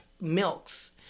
milks